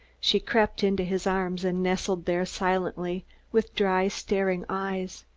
she crept into his arms and nestled there silently with dry, staring eyes.